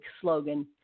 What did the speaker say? slogan